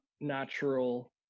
natural